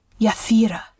Yathira